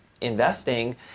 investing